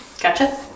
Gotcha